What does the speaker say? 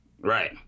right